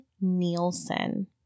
Nielsen